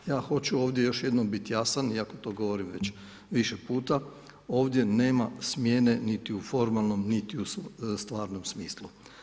Ja hoću ovdje još jednom biti jasan, iako to govorim već više puta, ovdje nema smjene niti u formalnom niti u stvarnom smislu.